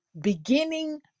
beginning